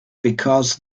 because